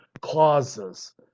clauses